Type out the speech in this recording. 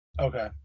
Okay